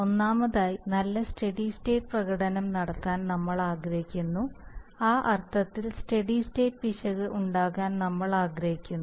ഒന്നാമതായി നല്ല steady state പ്രകടനം നടത്താൻ നമ്മൾ ആഗ്രഹിക്കുന്നു ആ അർത്ഥത്തിൽ സ്റ്റെഡി സ്റ്റേറ്റ് പിശക് ഉണ്ടാകാൻ നമ്മൾ ആഗ്രഹിക്കുന്നു